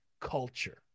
culture